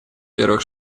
первых